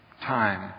time